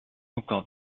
encore